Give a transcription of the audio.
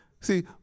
See